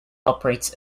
operates